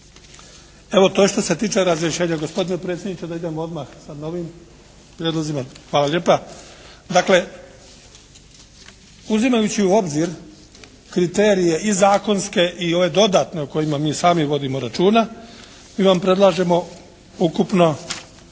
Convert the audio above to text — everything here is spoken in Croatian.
Evo to je što se tiče razrješenja. Gospodine predsjedniče, da idem odmah sa novim prijedlozima? Hvala lijepa. Dakle, uzimajući u obzir kriterije i zakonske i ove dodatne o kojima mi sami vodimo računa mi vam predlažemo ukupno